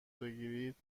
بگیرید